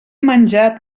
menjat